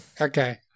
okay